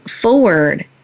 forward